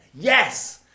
Yes